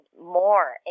more